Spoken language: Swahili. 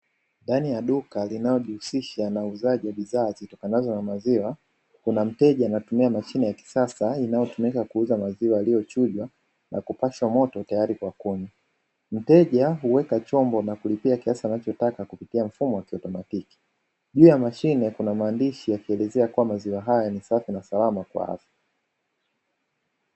Ndani ya duka linalojihusisha na uuzaji wa bidhaa zitokanazo na maziwa kuna mteja anatumia mashine ya kisasa inayotumika kuuza maziwa yaliyochujwa na kupashwa moto tayari kwa kunywa. Mteja huweka chombo na kulipia kiasi anachotaka kupitia mfumo wa kiautomatiki, juu ya mashine kuna maandishi yakielezea kuwa maziwa hayo ni safi na salama kwa afya.